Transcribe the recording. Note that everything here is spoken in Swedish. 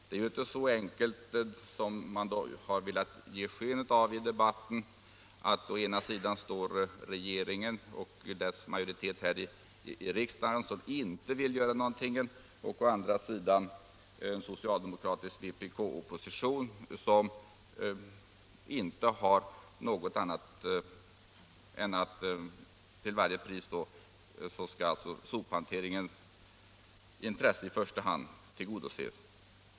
Det är inte så enkelt som man velat ge sken av i debatten: att å ena sidan står regeringen och dess majoritet här i riksdagen som inte vill göra någonting, å andra sidan den socialdemokratiska och kommunistiska oppositionen, som vill att sophanteringens intresse till varje pris skall tillgodoses.